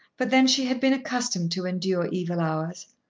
but then she had been accustomed to endure evil hours.